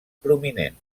prominent